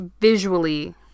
visually